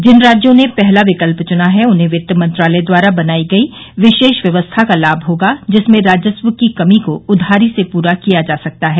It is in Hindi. जिन राज्यों ने पहला विकल्प चुना है उन्हें वित्त मंत्रालय द्वारा बनाई गई विशेष व्यवस्था का लाभ होगा जिसमें राजस्व की कमी को उधारी से पूरा किया जा सकता है